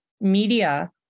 media